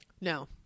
No